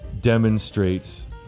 demonstrates